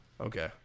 Okay